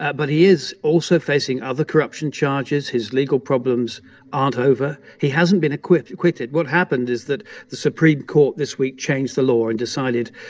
ah but he is also facing other corruption charges. his legal problems aren't over. he hasn't been acquitted. what happened is that the supreme court this week changed the law and decided,